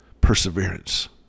perseverance